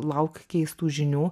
lauk keistų žinių